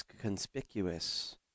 conspicuous